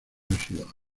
residuales